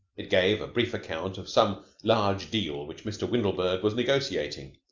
it gave a brief account of some large deal which mr. windlebird was negotiating.